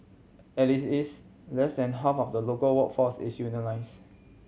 at it is less than half of the local workforce is unionise